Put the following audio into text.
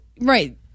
right